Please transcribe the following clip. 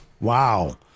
Wow